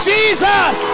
Jesus